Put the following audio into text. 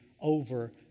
over